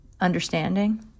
understanding